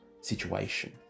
situation